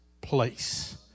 place